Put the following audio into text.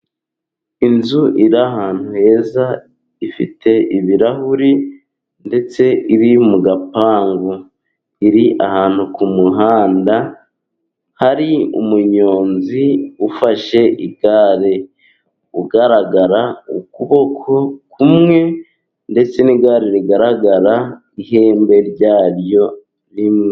Inzu iri ahantu heza ifite ibirahuri ndetse iri mu gapangu. Iri ahantu kumuhanda hari umunyonzi ufashe igare, ugaragara ukuboko kumwe, ndetse n'igare rigaragara ihembe ryaryo rimwe.